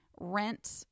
rent